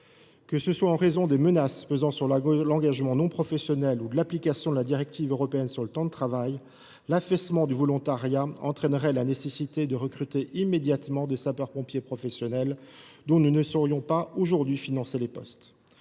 Que ce soit en raison des menaces pesant sur l’engagement non professionnel ou de l’application de la directive européenne sur le temps de travail, l’affaissement du volontariat imposerait de recruter immédiatement des sapeurs pompiers professionnels, dont nous ne saurions pas aujourd’hui financer les postes.